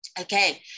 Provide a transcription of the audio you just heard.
Okay